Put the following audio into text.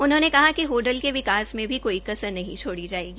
उन्होंने कहा कि होडल के विकास में भी कोई कसर नहीं छोड़ी जायेगी